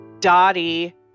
Dottie